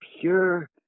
pure